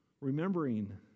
remembering